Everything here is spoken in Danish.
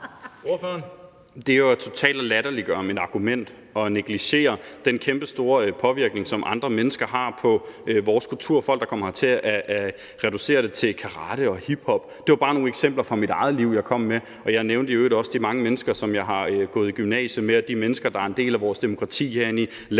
Det er jo totalt at latterliggøre mit argument og at negligere den kæmpestore påvirkning, som andre mennesker, folk, der kommer hertil, har på vores kultur, at reducere det til karate og hiphop. Det var bare nogle eksempler fra mit eget liv, jeg kom med, og jeg nævnte i øvrigt også de mange mennesker, som jeg har gået i gymnasiet med, og de mennesker, der er en del af vores demokrati herinde i landets